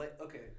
Okay